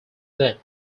then